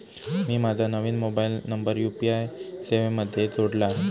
मी माझा नवीन mobile number UPI सेवेमध्ये जोडला आहे